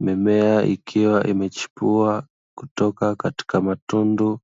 Mimea ikiwa imechipua kutoka katika matundu